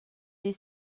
des